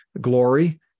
glory